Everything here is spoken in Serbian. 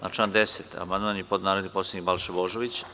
Na član 10. amandman je podneo narodni poslanik Balša Božović.